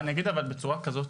ואני אגיד אבל בצורה כזאת.